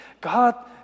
God